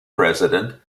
president